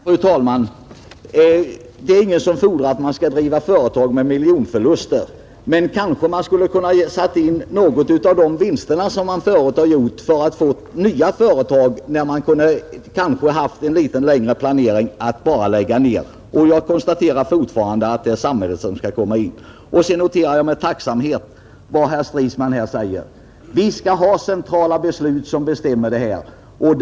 Fru talman! Det är ingen som fordrar att man skall driva företag med miljonförluster. Men kanske man skulle ha kunnat sätta in något av de vinster som tidigare gjorts för att starta nya företag. Kanske man kunde ha planerat något längre än enbart till ett beslut om nedläggning. Jag konstaterar fortfarande att det här blir samhället som får träda till. Jag noterar med tacksamhet när herr Stridsman säger att vi skall ha centrala beslut som bestämmer detta.